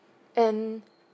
and